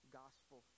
gospel